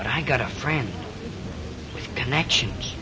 but i got a friend connections